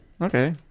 okay